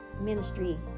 ministry